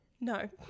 No